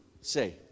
say